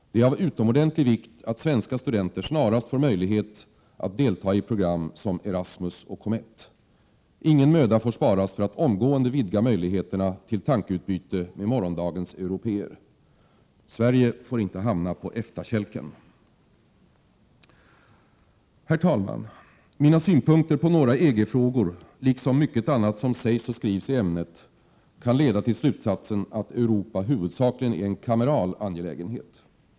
Det är av utomordentlig vikt att svenska studenter snarast får möjligheter att delta i program som Erasmus och COMETT. Ingen möda får sparas för att omgående vidga möjligheterna till tankeutbyte med morgondagens europé er. Sverige får inte hamna på EFTA-kälken! Herr talman! Mina synpunkter på några EG-frågor, liksom mycket annat som sägs och skrivs i ämnet, kan leda till slutsatsen att Europa huvudsakligen är en kameral angelägenhet.